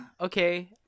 okay